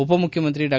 ಉಪಮುಖ್ಯಮಂತ್ರಿ ಡಾ